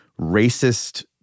racist